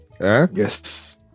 Yes